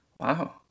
Wow